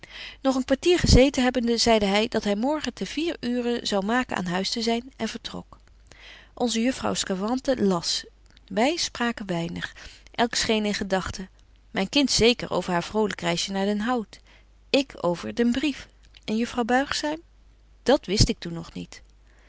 nog een kwartier gezeten hebbende zeide hy dat hy morgen ten vier uuren zou maken aan huis te zyn en vertrok onze juffrouw sçavante las wy spraken weinig elk scheen in gedagten myn kind zeker over haar vrolyk reisje naar den hout ik over den brief en juffrouw buigzaam dat wist ik toen nog niet